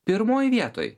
pirmoj vietoj